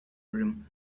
rim